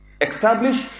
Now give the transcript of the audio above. Establish